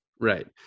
Right